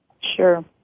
Sure